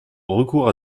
recourt